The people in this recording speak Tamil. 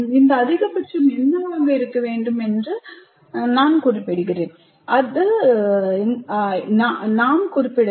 இந்த அதிகபட்சம் என்னவாக இருக்க வேண்டும் என்று நான் குறிப்பிடுவேன்